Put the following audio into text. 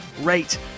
rate